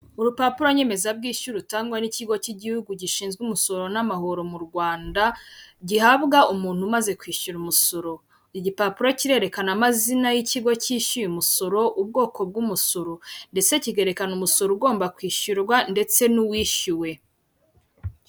Urupapuro nyemezabwishyu rutangwa n'ikigo cy'igihugu gishinzwe umusoro n'amahoro mu Rwanda, gihabwa umuntu umaze kwishyura umusoro, igipapuro kirerekana amazina yikigo kishyuye umusoro ubwoko bw'umusoro ndetse kikerekana umusoro ugomba kwishyurwa ndetse n'uwishyuwe.